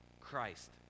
Christ